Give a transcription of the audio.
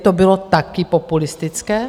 To bylo taky populistické?